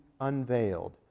unveiled